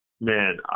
Man